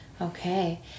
Okay